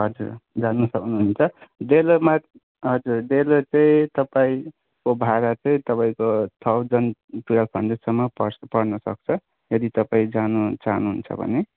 हजुर जानु सक्नुहुन्छ डेलोमा हजुर डेलो चाहिँ तपाईँको भाडा चाहिँ तपाईँको थाउजन्ड टुवेल्भ हन्ड्रेडसम्म पर्नुसक्छ यदि तपाईँ जानु चाहनुहुन्छ भने